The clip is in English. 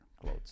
clothes